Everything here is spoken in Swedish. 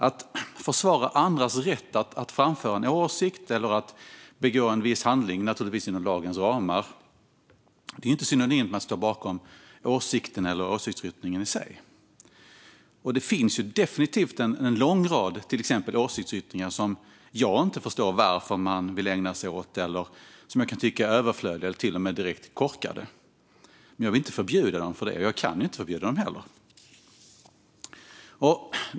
Att försvara andras rätt att framföra en åsikt eller att utföra en viss handling, naturligtvis inom lagens ramar, är inte synonymt med att stå bakom åsikten eller åsiktsyttringen i sig. Det finns definitivt en lång rad åsiktsyttringar, till exempel, som jag inte förstår varför man vill ägna sig åt eller som jag kan tycka är överflödiga eller till och med direkt korkade. Men jag vill inte, och kan inte, förbjuda dem för det.